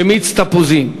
במיץ תפוזים.